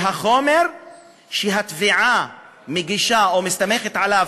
והחומר שהתביעה מגישה או מסתמכת עליו